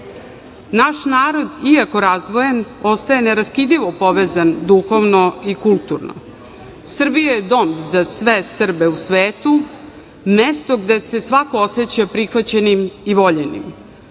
narod iako razdvojen ostaje neraskidivo povezan duhovno i kulturno. Srbija je dom za sve Srbe u svetu, mesto gde se svako oseća prihvaćenim i voljenim.